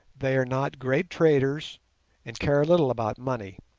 they are not great traders and care little about money,